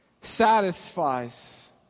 satisfies